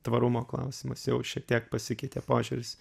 tvarumo klausimas jau šiek tiek pasikeitė požiūris